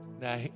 Now